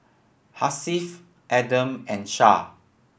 Hasif Adam and Shah